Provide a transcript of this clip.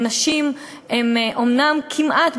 ונשים הן אומנם כמעט,